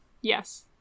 yes